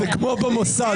זה כמו במוסד,